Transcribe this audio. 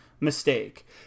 mistake